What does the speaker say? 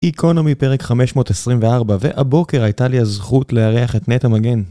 איקונומי פרק 524, והבוקר הייתה לי הזכות לארח את נטע מגן.